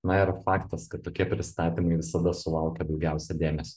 na ir faktas kad tokie pristatymai visada sulaukia daugiausia dėmesio